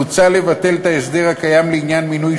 מוצע לבטל את ההסדר הקיים לעניין מינוי